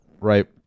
right